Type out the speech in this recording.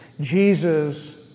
Jesus